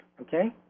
Okay